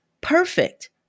perfect